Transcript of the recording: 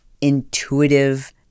intuitive